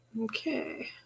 Okay